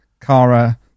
Kara